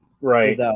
Right